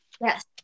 yes